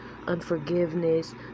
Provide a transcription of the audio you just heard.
unforgiveness